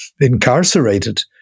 incarcerated